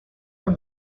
from